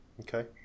Okay